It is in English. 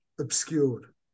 obscured